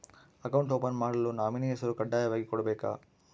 Account open ಮಾಡಲು nominee ಹೆಸರು ಕಡ್ಡಾಯವಾಗಿ ಕೊಡಬೇಕಾ?